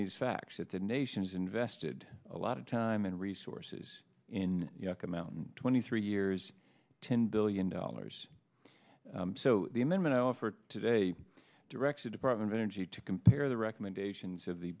these facts at the nation's invested a lot of time and resources in yucca mountain twenty three years ten billion dollars so the amendment offered today directed department of energy to compare the recommendations of the